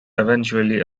eventually